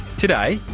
today,